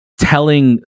telling